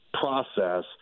process